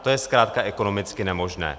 To je zkrátka ekonomicky nemožné.